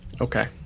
Okay